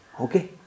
okay